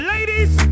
Ladies